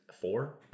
four